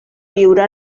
viure